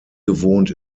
gewohnt